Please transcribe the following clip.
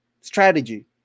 strategy